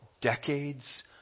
decades